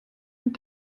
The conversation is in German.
den